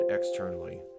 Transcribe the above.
externally